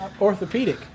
orthopedic